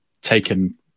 taken